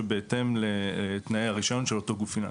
שבהתאם לתנאי הרישיון של אותו גוף פיננסי.